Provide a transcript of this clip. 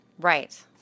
Right